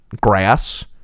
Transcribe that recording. grass